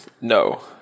no